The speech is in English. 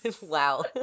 Wow